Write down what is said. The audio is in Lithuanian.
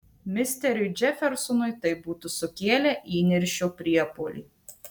misteriui džefersonui tai būtų sukėlę įniršio priepuolį